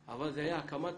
כל התהליכים מתקדמים לפי הקצב